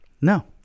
No